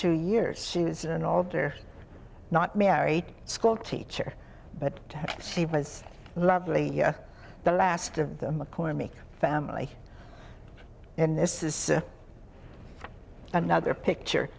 two years she was an alter not married schoolteacher but she was lovely the last of them mccormick family and this is another picture